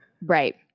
Right